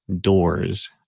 doors